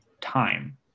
Time